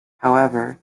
however